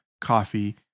coffee